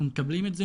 אנחנו מקבלים את זה,